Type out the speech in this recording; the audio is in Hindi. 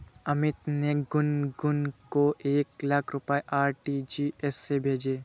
अमित ने गुनगुन को एक लाख रुपए आर.टी.जी.एस से भेजा